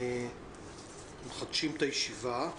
אני פותח את הישיבה.